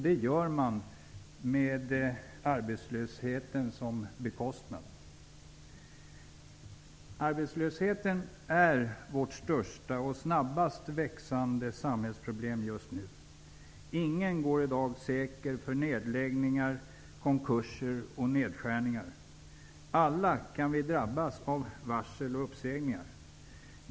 Det gör man på bekostnad av de arbetslösas situation. Arbetslösheten är vårt största och snabbast växande samhällsproblem just nu. Ingen går i dag säker för nedläggningar, konkurser och nedskärningar. Alla kan vi drabbas av varsel och uppsägningar.